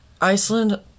Iceland